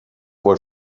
wohl